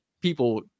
people